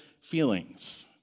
feelings